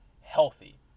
healthy